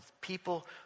people